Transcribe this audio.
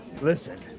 Listen